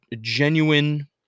genuine